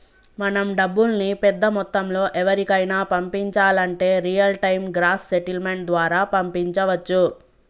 మనం డబ్బుల్ని పెద్ద మొత్తంలో ఎవరికైనా పంపించాలంటే రియల్ టైం గ్రాస్ సెటిల్మెంట్ ద్వారా పంపించవచ్చు